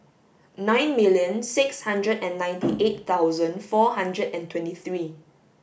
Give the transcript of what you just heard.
nine million six hundred and ninety eight thousand four hundred and twenty three